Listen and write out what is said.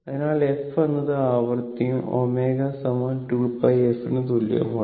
അതിനാൽ f എന്നത് ആവൃത്തിയും ω 2πf ന് തുല്യവുമാണ്